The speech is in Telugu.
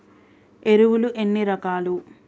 ఎరువులు ఎన్ని రకాలు?